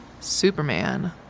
Superman